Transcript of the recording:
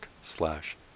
slash